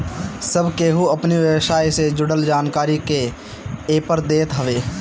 सब केहू अपनी व्यवसाय से जुड़ल जानकारी के एपर देत हवे